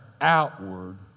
outward